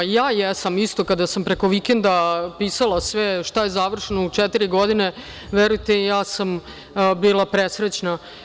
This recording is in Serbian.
Ja jesam isto kada sam preko vikenda pisala sve šta je završeno u četiri godine, verujte i ja sam bila presrećna.